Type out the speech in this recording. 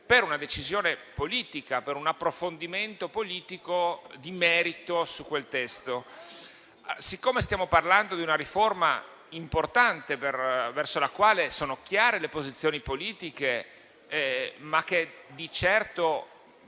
per una decisione politica, per un approfondimento di merito su quel testo. Stiamo parlando di una riforma importante, verso la quale sono chiare le posizioni politiche, ma di certo